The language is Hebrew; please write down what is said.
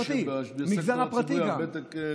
אתה יודע שבסקטור הציבורי הוותק קובע.